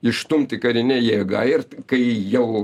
išstumti karine jėga ir kai jau